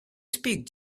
speak